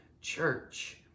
church